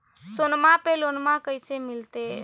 सोनमा पे लोनमा कैसे मिलते?